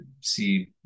see